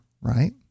right